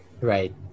Right